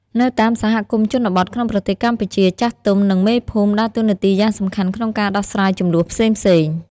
នៅតាមសហគមន៍ជនបទក្នុងប្រទេសកម្ពុជា ចាស់ទុំ និងមេភូមិដើរតួនាទីយ៉ាងសំខាន់ក្នុងការដោះស្រាយជម្លោះផ្សេងៗ។